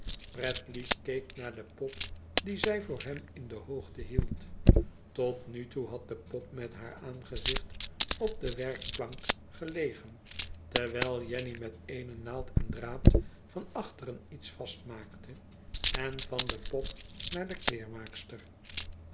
bradley keek naar de pop die zij voor hem in de hoogte hield tot nu toe had de pop met haar aangezicht op de werkplank gelegen terwijl jenny met eene naald en draad van achteren iets vastmiuikte en van de pop naar de kleermaakster